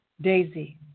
daisy